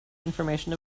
information